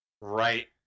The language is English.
right